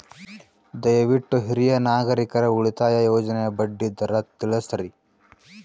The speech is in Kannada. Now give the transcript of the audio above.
ದಯವಿಟ್ಟು ಹಿರಿಯ ನಾಗರಿಕರ ಉಳಿತಾಯ ಯೋಜನೆಯ ಬಡ್ಡಿ ದರ ತಿಳಸ್ರಿ